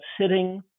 sitting